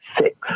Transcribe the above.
six